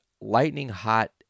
lightning-hot